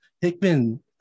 Hickman